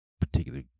particular